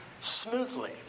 smoothly